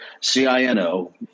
CINO